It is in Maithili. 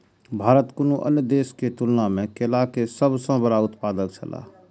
भारत कुनू अन्य देश के तुलना में केला के सब सॉ बड़ा उत्पादक छला